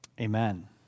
Amen